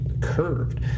curved